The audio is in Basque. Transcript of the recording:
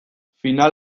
final